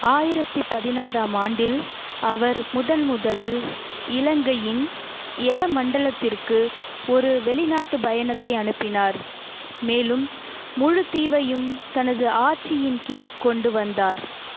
ஆயிரத்தி பதினாறாம் ஆண்டில் அவர் முதன்முதலில் இலங்கையின் எலமண்டலத்திற்கு ஒரு வெளிநாட்டு பயணத்தை அனுப்பினார் மேலும் முழு தீவையும் தனது ஆட்சியின் கீழ் கொண்டு வந்தார்